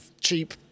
cheap